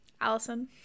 Allison